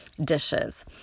dishes